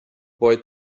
boy